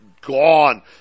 gone